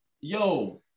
yo